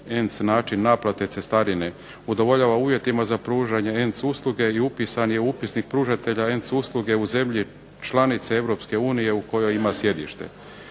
način naplate cestarine, udovoljava uvjetima za pružanje ENC usluge i upisan je upisnik pružanja ENC usluge u zemlji članici EU u kojoj ima sjedište.